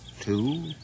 Two